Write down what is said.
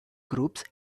groups